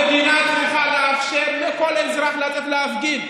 המדינה צריכה לאפשר לכל אזרח לצאת להפגין,